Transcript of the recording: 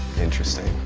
interesting.